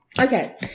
Okay